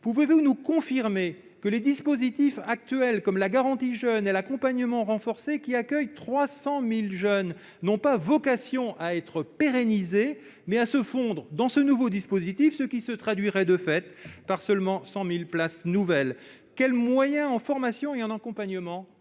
Pouvez-vous nous confirmer que les dispositifs actuels comme la garantie jeunes et l'accompagnement renforcé, qui accueillent 300 000 jeunes, n'ont pas vocation à être pérennisés, mais qu'ils vont se fondre dans le nouveau dispositif, ce qui impliquerait la création de seulement 100 000 nouvelles places ? Enfin, quels moyens en formation et en accompagnement